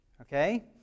Okay